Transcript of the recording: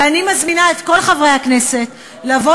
ואני מזמינה את כל חברי הכנסת לבוא